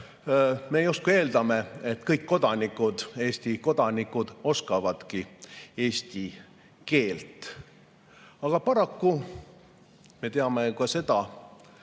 Me justkui eeldame, et kõik kodanikud, Eesti kodanikud, oskavadki eesti keelt. Aga paraku me teame ju ka seda